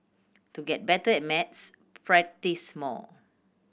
to get better at maths practise more